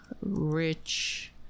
rich